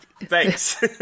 thanks